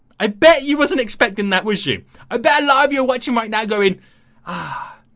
i bet you wasn't expecting that was you a bad lobby, or what you might now go in ah